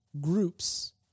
groups